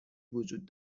وجود